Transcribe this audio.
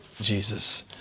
Jesus